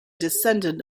descendant